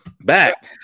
back